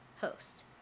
host